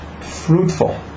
fruitful